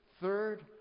Third